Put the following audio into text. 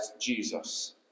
Jesus